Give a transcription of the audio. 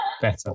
Better